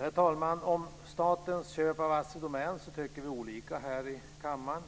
Herr talman! Om statens köp av Assi Domän tycker vi olika här i kammaren.